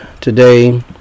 today